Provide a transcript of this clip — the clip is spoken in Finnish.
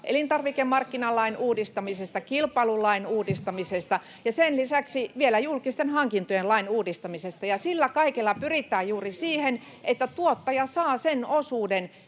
elintarvikemarkkinalain uudistamisesta, kilpailulain uudistamisesta ja sen lisäksi vielä julkisten hankintojen lain uudistamisesta. Sillä kaikella pyritään juuri siihen, että tuottaja saa sen osuuden